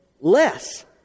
less